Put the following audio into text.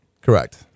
Correct